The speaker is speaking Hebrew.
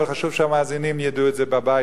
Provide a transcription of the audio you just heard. אבל חשוב שהמאזינים ידעו את זה בבית,